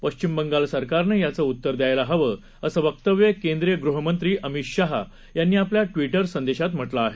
पश्चिम बंगाल सरकारने याचं उत्तर द्यायला हवं असं वक्तव्य केंद्रीय गृहमंत्री अमित शाह यांनी आपल्या ट्वीटर संदेशात म्हटलं आहे